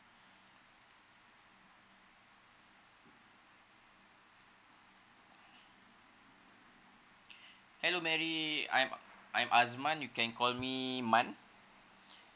hello mary I'm I'm asman you can call me man